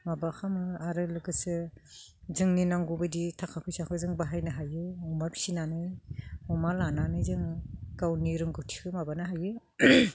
माबा खालामो आरो लोगोसे जोंनि नांगौबायदि थाखा फैसाखौ जों बाहायनो हायो अमा फिसिनानै अमा लानानै जों गावनि रोंगौथिखौ माबानो हायो